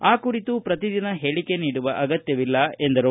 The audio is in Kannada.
ಆ ಕುರಿತು ಪ್ರತಿ ದಿನ ಹೇಳಿಕೆ ನೀಡುವ ಅಗತ್ತವಿಲ್ಲ ಎಂದರು